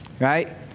Right